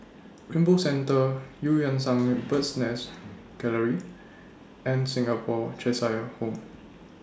Rainbow Centre EU Yan Sang Bird's Nest Gallery and Singapore Cheshire Home